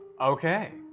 Okay